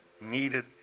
needed